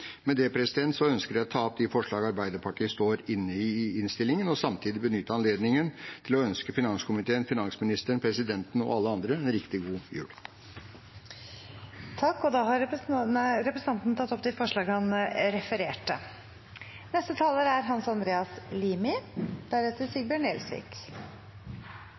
Med det ønsker jeg å ta opp de forslag Arbeiderpartiet står inne i i innstillingen, og samtidig benytte anledningen til å ønske finanskomiteen, finansministeren, presidenten og alle andre en riktig god jul. Takk. Da har representanten Svein Roald Hansen tatt opp de forslagene han refererte til. Som det er